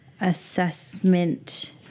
assessment